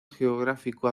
geográfico